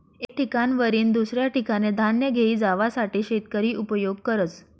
एक ठिकाणवरीन दुसऱ्या ठिकाने धान्य घेई जावासाठे शेतकरी उपयोग करस